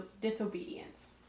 disobedience